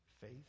faith